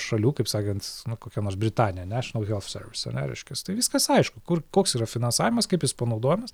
šalių kaip sakant nu kokia nors britanija nešinal helf servis ane reiškias tai viskas aišku kur koks yra finansavimas kaip jis panaudojamas